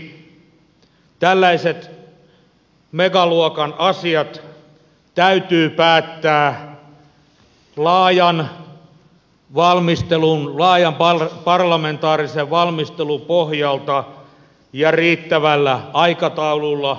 tällaiset megaluokan asiat täytyy päättää laajan parlamentaarisen valmistelun pohjalta ja riittävällä aikataululla